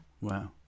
Wow